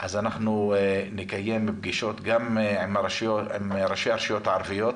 אז אנחנו נקיים פגישות גם עם ראשי הרשויות הערביות